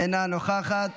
אינה נוכחת.